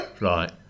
Right